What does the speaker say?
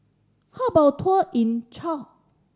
how about a tour in Chad